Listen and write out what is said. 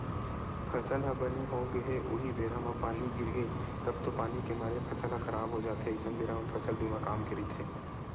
फसल ह बने होगे हे उहीं बेरा म पानी गिरगे तब तो पानी के मारे फसल ह खराब हो जाथे अइसन बेरा म फसल बीमा काम के रहिथे